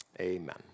Amen